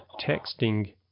texting